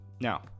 Now